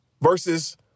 versus